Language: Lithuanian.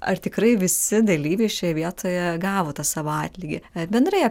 ar tikrai visi dalyviai šioje vietoje gavo tą savo atlygį ar bendrai